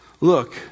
Look